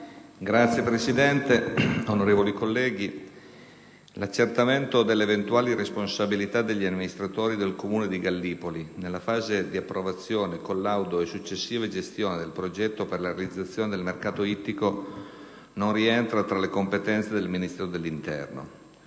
Signora Presidente, onorevoli colleghi, l'accertamento delle eventuali responsabilità degli amministratori del Comune di Gallipoli nella fase di approvazione, collaudo e successiva gestione del progetto per la realizzazione del mercato ittico, non rientra tra le competenze del Ministero dell'interno.